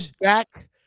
back